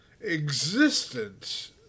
Existence